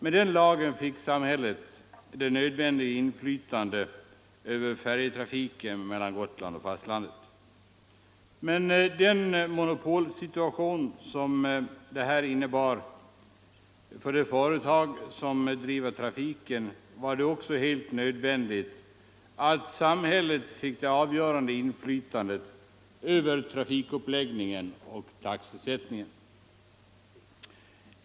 Med den lagen fick samhället det nödvändiga inflytandet över färjetrafiken mellan Gotland och fastlandet. Med den monopolsituation som detta innebär för det företag som driver trafiken var det också helt nödvändigt att samhället fick det avgörande inflytandet över trafikuppläggningen och taxesättningen.